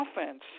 offense